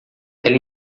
ela